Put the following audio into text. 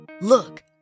Look